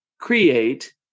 create